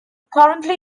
currently